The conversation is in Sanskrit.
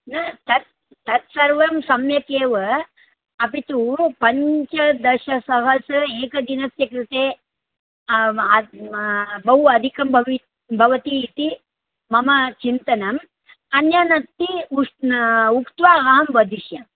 न तत् तत्सर्वं सम्यक् एव अपि तु पञ्चदशसहस्रम् एकदिनस्य कृते बहु अधिकं भवि भवति इति मम चिन्तनम् अन्यानपि उष् उक्त्वा अहं वदिष्यामि